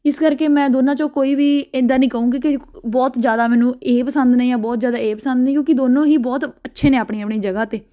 ਇਸ ਕਰਕੇ ਮੈਂ ਦੋਨਾਂ 'ਚੋਂ ਕੋਈ ਵੀ ਇੱਦਾਂ ਨਹੀਂ ਕਹੂੰਗੀ ਕਿ ਬਹੁਤ ਜ਼ਿਆਦਾ ਮੈਨੂੰ ਇਹ ਪਸੰਦ ਨੇ ਜਾਂ ਬਹੁਤ ਜ਼ਿਆਦਾ ਇਹ ਪਸੰਦ ਨੇ ਕਿਉਂਕਿ ਦੋਨੋਂ ਹੀ ਬਹੁਤ ਅੱਛੇ ਨੇ ਆਪਣੀ ਆਪਣੀ ਜਗ੍ਹਾ 'ਤੇ